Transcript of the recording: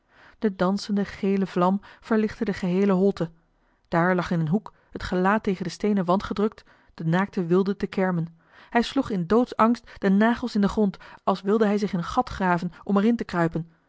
de dansende gele vlam verlichtte de geheele holte daar lag in een hoek het gelaat tegen den steenen wand gedrukt de naakte wilde te kermen hij sloeg in doodsangst de nagels in den grond als wilde hij zich een gat graven om er in te kruipen